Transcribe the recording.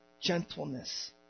Gentleness